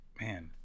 man